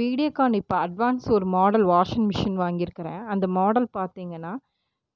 வீடியோகான் இப்போ அட்வான்ஸ் ஒரு model washing machine வாங்கியிருக்குறேன் அந்த மாடல் பார்த்தீங்கன்னா